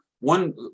one